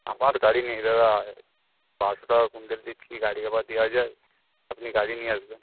আমার গাড়ি নেই দাদা বারোশো টাকা কুইন্টাল দিয়ে কি গাড়ি আবার দেওয়া যায় আপনি গাড়ি নিয়ে আসবেন